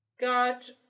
got